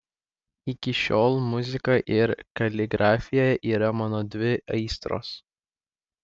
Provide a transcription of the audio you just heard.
iki šiol muzika ir kaligrafija yra mano dvi aistros